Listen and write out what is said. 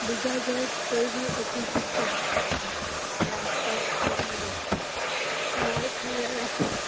બીજા જે કોઇબી ઐઐતિહાસિક આસપાસ જોવા મળે